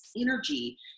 energy